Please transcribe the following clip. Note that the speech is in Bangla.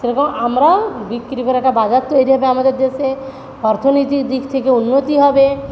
এবং আমরাও বিক্রি করে একটা বাজার তৈরি হবে আমাদের দেশে অর্থনীতির দিক থেকে উন্নতি হবে